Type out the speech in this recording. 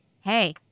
hey